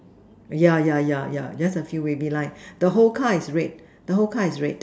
yeah yeah yeah yeah just a few wavy line the whole car is red the whole car is red